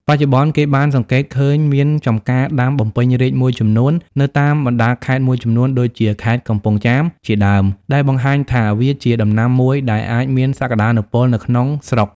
បច្ចុប្បន្ន គេបានសង្កេតឃើញមានចំការដាំបំពេញរាជមួយចំនួននៅតាមបណ្តាខេត្តមួយចំនួនដូចជា ខេត្តកំពង់ចាម ជាដើម ដែលបង្ហាញថាវាជាដំណាំមួយដែលអាចមានសក្តានុពលនៅក្នុងស្រុក។